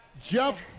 Jeff